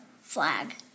flag